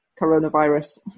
coronavirus